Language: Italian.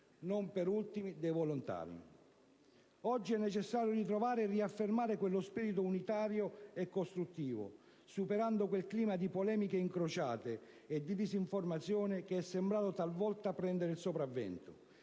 non per ultimi, dei volontari. Oggi è necessario ritrovare e riaffermare quello spirito unitario e costruttivo, superando quel clima di polemiche incrociate e di disinformazione che è sembrato talvolta prendere il sopravvento.